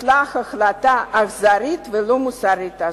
בוטלה החלטה אכזרית ולא מוסרית זאת.